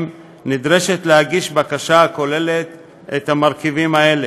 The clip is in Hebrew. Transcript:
נדרשת להגיש בקשה הכוללת את המרכיבים האלה: